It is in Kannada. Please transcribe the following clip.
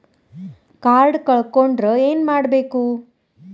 ಕಾರ್ಡ್ ಕಳ್ಕೊಂಡ್ರ ಏನ್ ಮಾಡಬೇಕು?